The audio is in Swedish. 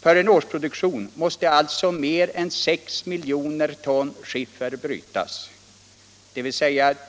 För en årsproduktion måste alltså mer än 6 miljoner ton skiffer brytas, dvs.